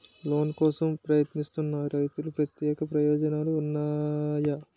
Loan కోసం ప్రయత్నిస్తున్న రైతులకు ప్రత్యేక ప్రయోజనాలు ఉన్నాయా?